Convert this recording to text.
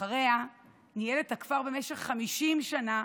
אחריה ניהל את הכפר במשך 50 שנה